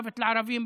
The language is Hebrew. מוות לערבים,